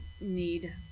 need